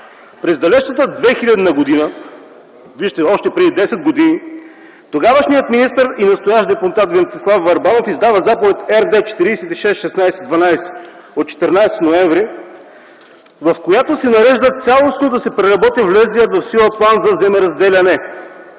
През далечната 2000 г., още преди 10 години, тогавашният министър и настоящ депутат Венцислав Върбанов издава Заповед РД-46-16-12 от 14 ноември, в която се нарежда цялостно да се преработи влезлият в сила план за земеразделяне.